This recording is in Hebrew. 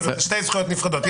שתי זכויות נפרדות.